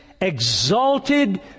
exalted